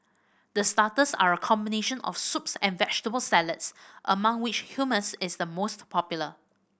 the starters are a combination of soups and vegetable salads among which Hummus is the most popular